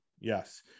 yes